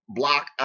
block